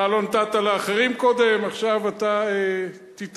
אתה לא נתת לאחרים קודם, עכשיו אתה תתאפק.